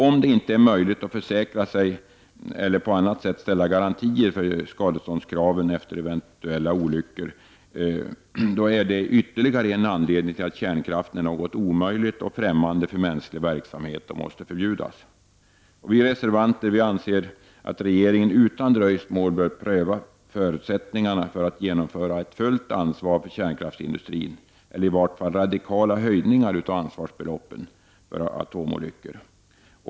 Om det inte är möjligt att försäkra eller på annat sätt ställa garantier för skadeståndskraven efter en eventuell olycka, är det ytterligare en anledning till att kärnkraften är något omöjligt och ffrämmande för mänsklig verksamhet och därför måste förbjudas. 153 Vi reservanter anser att regeringen utan dröjsmål bör pröva förutsättningarna för att genom — föra ett fullt ansvar för kärnkraftsindustrin eller i vart fall införa radikala höjningar av ansvarsbeloppet för atomolyckor.